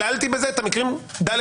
כללתי בזה את המקרים ד',